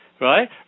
Right